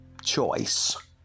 choice